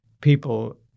people